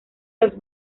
los